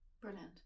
brilliant